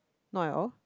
not at all